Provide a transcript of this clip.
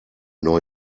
neu